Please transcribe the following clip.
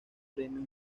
premios